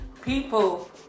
people